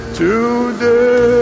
today